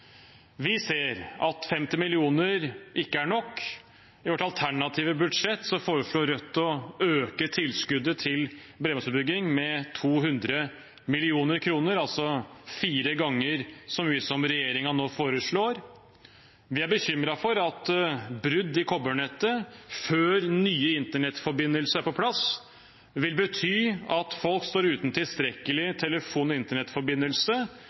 Vi ser at 50 mill. kr ikke er nok. I vårt alternative budsjett foreslår vi i Rødt å øke tilskuddet til bredbåndsutbygging med 200 mill. kr, altså fire ganger så mye som regjeringen nå foreslår. Vi er bekymret for at brudd i kobbernettet før ny internettforbindelse er på plass, vil bety at folk står uten tilstrekkelig telefon- og internettforbindelse